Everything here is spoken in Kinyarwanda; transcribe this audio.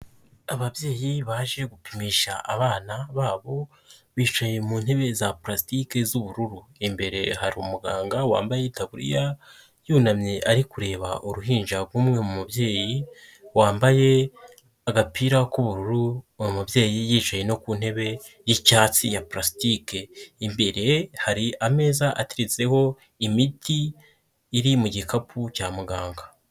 Ababyeyi baje gupimisha abana babo, bicaye mu ntebe za purasitike z'ubururu. Imbere hari umuganga wambaye itabuririya, yunamye ari kureba uruhinja rw'umwe mu mubyeyi, wambaye agapira k'ubururu, uwo mubyeyi yicaye no ku ntebe y'icyatsi ya purasitike. Imbere hari ameza ateretseho imiti iri mu gikapu cya muganga.